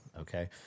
Okay